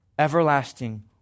Everlasting